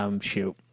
shoot –